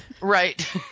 Right